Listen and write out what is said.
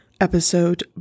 episode